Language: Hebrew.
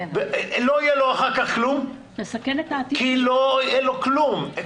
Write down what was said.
לא יהיה לו אחר כך כלום כי אין לו כלום.